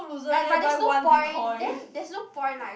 like but there's no point then there's not point lah